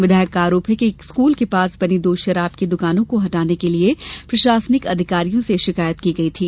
विधायक का आरोप है कि एक स्कूल के पास बनी दो शराब की दुकानों को हटाने के लिये प्रशासनिक अधिकारियों से शिकायत की गई थी